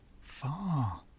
far